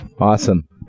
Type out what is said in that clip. Awesome